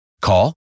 Call